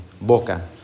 boca